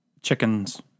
chicken's